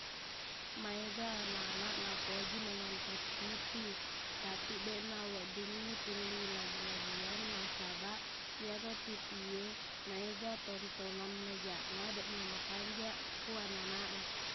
Maega anak-anak napoji manontong tv tapiq deqna weddingngi tulli lagi-lagian nasabaq iyero tv e maega tontonan majaqna deqna makanjaq ku ananak e